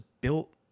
built